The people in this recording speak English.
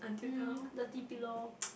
um dirty pillow